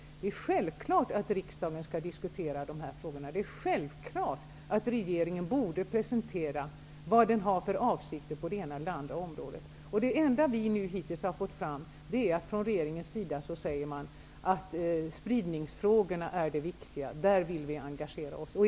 Det är självklart att riksdagen skall diskutera de här frågorna. Det är självklart att regeringen borde presentera vad den har för avsikter på det ena eller det andra området. Det enda vi hittills har fått fram är att regeringen säger att spridningsfrågorna är de viktiga. Där vill man engagera sig.